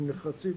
הם נחרצים.